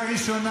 לרדת.